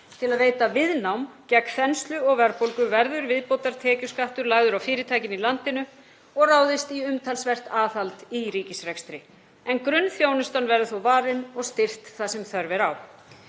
Til að veita viðnám gegn þenslu og verðbólgu verður viðbótartekjuskattur lagður á fyrirtækin í landinu og ráðist í umtalsvert aðhald í ríkisrekstri, en grunnþjónustan verður þó varin og styrkt þar sem þörf er á.